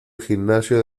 gimnasio